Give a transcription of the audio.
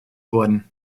worden